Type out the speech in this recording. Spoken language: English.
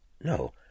No